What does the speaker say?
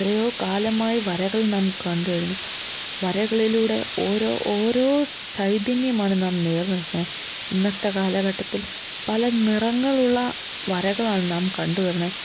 എത്രയോ കാലമായി വരകൾ നാം കണ്ടുവരുന്നു വരകളിലൂടെ ഓരോ ഓരോ ചൈതന്യമാണ് നാം നേരിടുന്നത് ഇന്നത്തെ കാലഘട്ടത്തിൽ പല നിറങ്ങളുള്ള വരകളാണ് നാം കണ്ടുവരുണേ